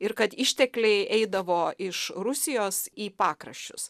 ir kad ištekliai eidavo iš rusijos į pakraščius